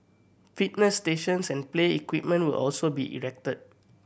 fitness stations and play equipment will also be erected